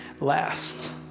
last